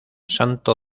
santo